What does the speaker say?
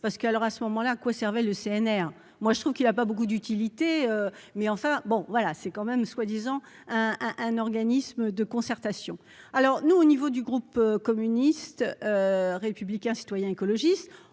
parce qu'alors à ce moment-là, à quoi servait le CNR, moi je trouve qu'il a pas beaucoup d'utilité, mais enfin bon, voilà, c'est quand même soi-disant un un organisme de concertation, alors nous, au niveau du groupe communiste, républicain, citoyen et écologiste